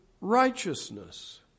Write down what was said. righteousness